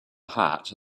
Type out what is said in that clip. heart